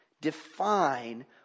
define